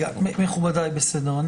מכובדי, בסדר.